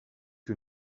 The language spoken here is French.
que